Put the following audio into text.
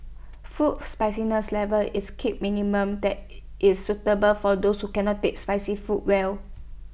food spiciness level is kept minimal that is suitable for those who cannot take spicy food well